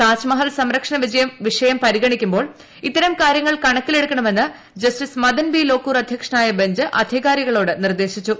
താജ്മഹൽ സംരക്ഷണ വിഷയം പരിഗണിക്കുമ്പോൾ ഇത്തരം കാര്യങ്ങൾ കണക്കിലെടുക്കണമെന്ന് ജസ്റ്റിസ് മദൻ ബീ ലോക്കൂർ അധ്യക്ഷനായ ബഞ്ച് അധികാരികളോട് നിർദ്ദേശിച്ചു